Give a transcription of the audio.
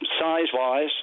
size-wise